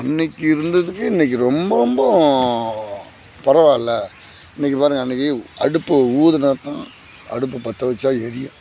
அன்னைக்கு இருந்ததுக்கு இன்னைக்கு ரொம்ப ரொம்ப பரவாயில்ல இன்னைக்கு பாருங்கள் அன்னைக்கு அடுப்பு ஊத்துனாதான் அடுப்பு பற்றவச்சா எரியும்